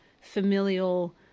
familial